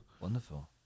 Wonderful